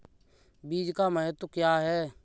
बीज का महत्व क्या है?